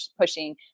pushing